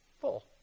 Full